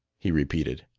he repeated.